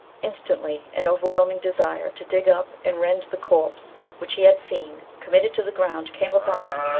instantly an overwhelming desire to dig up and rend the corpse which he had seen committed to the ground came upon him,